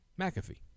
McAfee